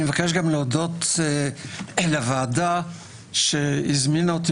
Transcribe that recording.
אני מבק גם להודות לוועדה שהזמינה אותי